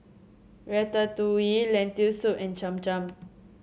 Ratatouille Lentil Soup and Cham Cham